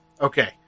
Okay